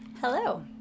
Hello